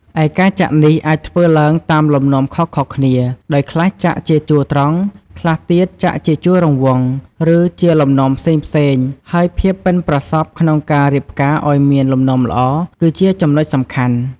ឯការចាក់នេះអាចធ្វើឡើងតាមលំនាំខុសៗគ្នា ដោយខ្លះចាក់ជាជួរត្រង់ ខ្លះទៀតចាក់ជាជួររង្វង់ ឬជាលំនាំផ្សេងៗ ហើយភាពប៉ិនប្រសប់ក្នុងការរៀបផ្កាឲ្យមានលំនាំល្អ គឺជាចំណុចសំខាន់។